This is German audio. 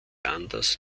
anders